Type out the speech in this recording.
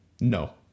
No